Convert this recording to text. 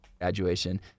graduation